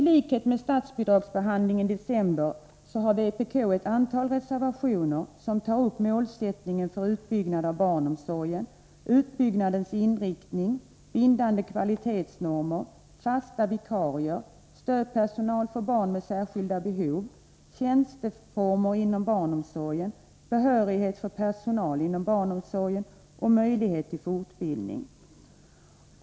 Liksom vid statsbidragsbehandlingen i december har vpk ett antal reservationer som tar upp målsättningen för utbyggnad av barnomsorgen, utbyggnadens inriktning, bindande kvalitetsnormer, fasta vikarier, stödpersonal för barn med särskilda behov, tjänsteformer inom barnomsorgen, behörighet för personal inom barnomsorgen och möjlighet till fortbildning.